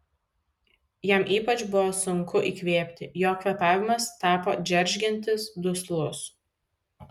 jam ypač buvo sunku įkvėpti jo kvėpavimas tapo džeržgiantis duslus